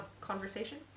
conversation